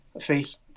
face